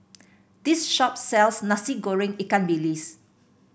this shop sells Nasi Goreng Ikan Bilis